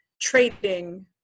trading